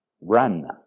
Run